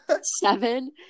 seven